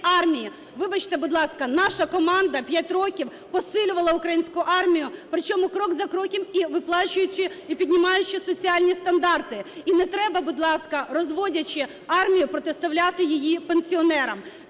ласка, наша команда 5 років посилювала українську армію, причому крок за кроком і виплачуючи, і піднімаючи соціальні стандарти. І не треба, будь ласка, розводячи армію, протиставляти її пенсіонерам,